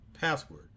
password